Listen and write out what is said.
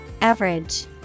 Average